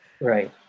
Right